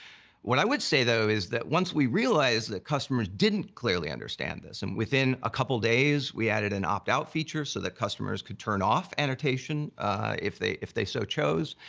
what i would say, though, is that once we realized that customers didn't clearly understand this, and within a couple of days, we added an opt-out feature, so that customers could turn off annotation if they, if they so chose.